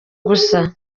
gusa